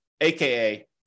AKA